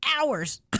hours